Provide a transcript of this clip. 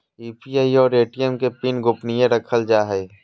UPI और ATM के pin गोपनीय रखल जा हइ